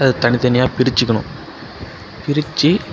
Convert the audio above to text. அதை தனித்தனியாக பிரித்துக்கணும் பிரித்து